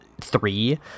three